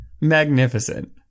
magnificent